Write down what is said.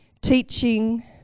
teaching